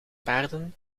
paarden